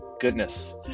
goodness